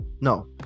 no